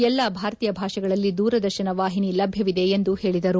ಎಲ್ಲ ಭಾರತೀಯ ಭಾಷೆಗಳಲ್ಲಿ ದೂರದರ್ಶನ ವಾಹಿನಿ ಲಭ್ಯವಿದೆ ಎಂದು ಹೇಳಿದರು